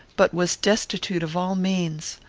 but was destitute of all means.